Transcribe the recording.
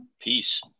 Peace